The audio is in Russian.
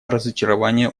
разочарование